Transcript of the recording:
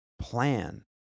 plan